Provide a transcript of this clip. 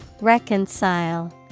Reconcile